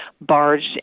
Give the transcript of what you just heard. barged